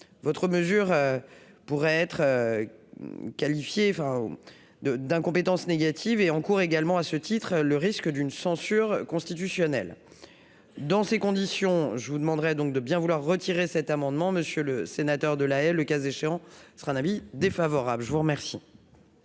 votre mesure pourrait être qualifié de d'incompétence négative et en cours également à ce titre, le risque d'une censure constitutionnelle dans ces conditions, je vous demanderai donc de bien vouloir retirer cet amendement, monsieur le sénateur de la le cas échéant, sera un avis défavorable je vous remercie.